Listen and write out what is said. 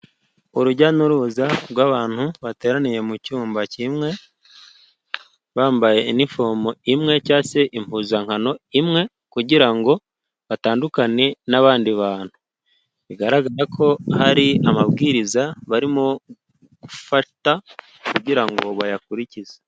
Urujya n'uruza rw'abantu bateraniye mu cyumba kimwe, bambaye iniforume imwe, cyangwa se impuzankano imwe kugira ngo batandukane n' abandi bantu, bigaragaza ko hari amabwiriza barimo gufata kugirango ngo bayakurikize.